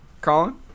Colin